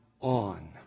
on